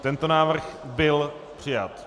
Tento návrh byl přijat.